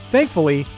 Thankfully